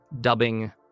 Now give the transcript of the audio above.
dubbing